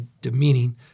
demeaning